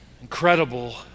Incredible